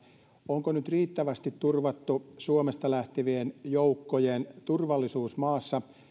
onko nyt riittävästi turvattu suomesta lähtevien joukkojen turvallisuus maassa